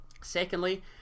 Secondly